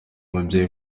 mubyeyi